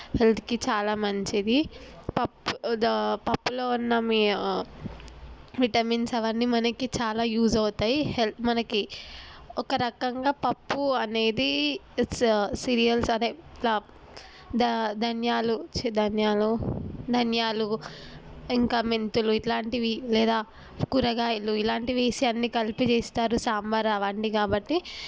హెల్త్కి చాలా మంచిది పప్పు పప్పులో ఉన్నవి విటమిన్స్ అవన్నీ మనకి చాలా యూజ్ అవుతాయి హెల్త్ మనకి ఒక రకంగా పప్పు అనేది ఇట్స్ సీరియల్స్ అదే ఇట్లా ధ ధనియాలు చిధాన్యాలు ధనియాలు ఇంకా మెంతులు ఇట్లాంటివి లేదా కూరగాయలు ఇలాంటివేసి అన్ని కలిపి చేస్తారు సాంబార్ అవన్నీ కాబట్టి